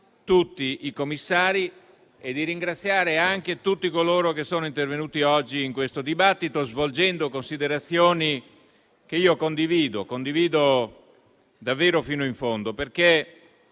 tutti i commissari e tutti coloro che sono intervenuti oggi in questo dibattito, svolgendo considerazioni che condivido davvero fino in fondo. Il